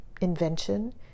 invention